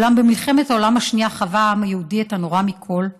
אולם במלחמת העולם השנייה חווה העם היהודי את הנורא מכול,